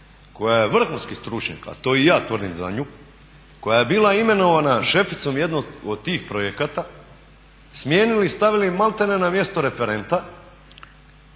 koja je vrhunski stručnjak, a to i ja tvrdim za nju, koja je bila imenovana šeficom jednog od tih projekata, smijenili i stavili malte ne na mjesto referenta